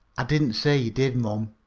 i didn't say you did, mom.